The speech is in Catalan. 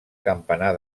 campanar